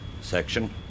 section